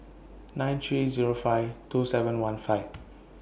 nine three Zero five two seven one five